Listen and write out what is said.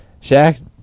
shaq